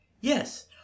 Yes